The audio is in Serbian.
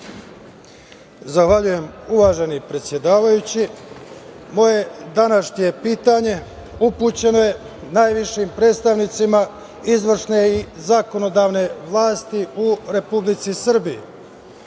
Zahvaljujem, uvaženi predsedavajući. Moje današnje pitanje upućeno je najvišim predstavnicima izvršne i zakonodavne vlasti u Republici Srbiji.